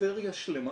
בוכהלטריה שלמה.